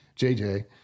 JJ